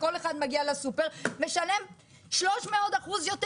בסופר 300% יותר?